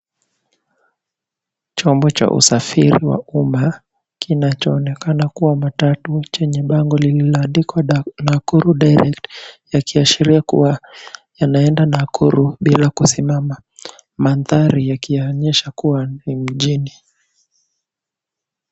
Chombo cha usafiri wa umma kinachoonekana kuwa matatu chenye bango lililoandikwa Nakuru direct yakiashiria kuwa yanaenda Nakuru bila kusimama. Mandhari yakionyesha kuwa ni mjini.